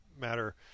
matter